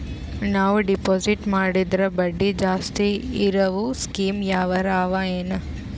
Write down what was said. ನಾವು ಡೆಪಾಜಿಟ್ ಮಾಡಿದರ ಬಡ್ಡಿ ಜಾಸ್ತಿ ಇರವು ಸ್ಕೀಮ ಯಾವಾರ ಅವ ಏನ?